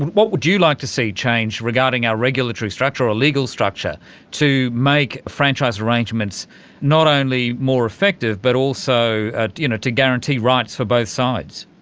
what would you like to see change regarding our regulatory structure or legal structure to make franchise arrangements not only more effective but also you know to guarantee rights for both sides?